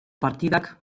partidak